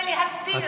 בלהסדיר,